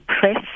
press